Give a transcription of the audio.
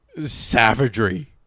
savagery